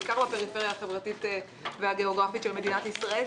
בעיקר בפריפריה החברתית והגיאוגרפית של מדינת ישראל,